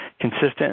consistent